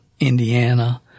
Indiana